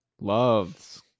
loves